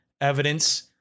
evidence